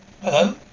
Hello